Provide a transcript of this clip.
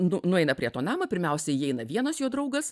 nu nueina prie to nama pirmiausia įeina vienas jo draugas